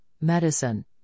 medicine